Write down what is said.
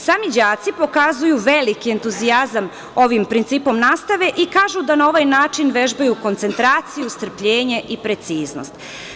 Sami đaci pokazuju veliki entuzijazam ovim principom nastave i kažu da na ovaj način vežbaju koncentraciju, strpljenje i preciznost.